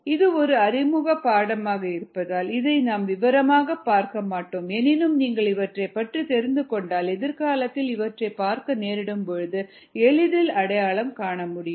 இது ஒரு அறிமுக பாடமாக இருப்பதால் இதை நாம் விவரமாக பார்க்க மாட்டோம் எனினும் நீங்கள் இவற்றை பற்றி தெரிந்து கொண்டால் எதிர்காலத்தில் இவற்றைப் பார்க்க நேரிடும் பொழுது எளிதில் அடையாளம் காண முடியும்